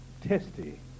testy